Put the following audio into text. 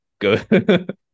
Good